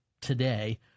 today